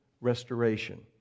restoration